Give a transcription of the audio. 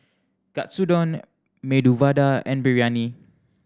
Katsudon Medu Vada and Biryani